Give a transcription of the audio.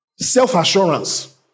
self-assurance